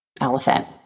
elephant